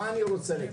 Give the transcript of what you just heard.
מה אני רוצה להגיד?